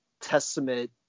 testament